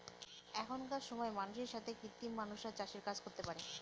এখনকার সময় মানুষের সাথে কৃত্রিম মানুষরা চাষের কাজ করতে পারে